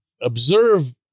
observe